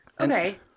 Okay